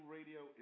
Radio